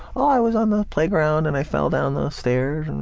ah i was on the playground and i fell down the stairs.